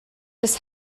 des